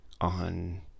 on